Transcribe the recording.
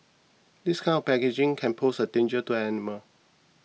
this kind of packaging can pose a danger to animals